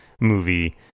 movie